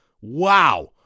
Wow